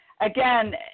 again